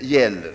gäller.